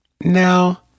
Now